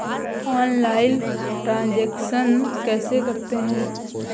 Online transaction कैसे करते हैं?